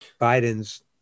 Biden's